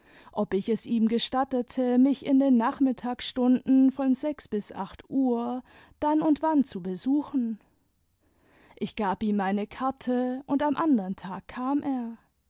ob ich es ihm gestattete mich in den nachmittagsstunden von uhr dann und wann zu besuchen ich gab ihm meine karte und am andern tag kam er